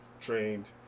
trained